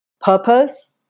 purpose